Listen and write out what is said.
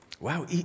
Wow